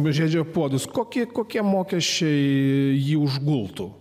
puodus žiedžia puodus kokie kokie mokesčiai jį užgultų